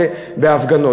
ובהפגנות,